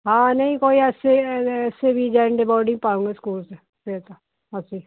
ਹਾਂ ਨਹੀਂ ਕੋਈ ਐਸੀ ਅਸੀਂ ਵੀ ਜੈਨ ਡੇ ਬੋਡਿੰਗ ਪਾਉਂਗੇ ਸਕੂਲ 'ਚ ਫਿਰ ਤਾਂ ਅਸੀਂ